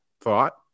thought